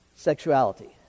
sexuality